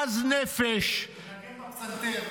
עז נפש --- מנגן בפסנתר.